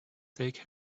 take